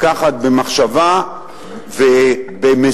לקחת במחשבה ובמשורה,